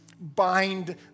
Bind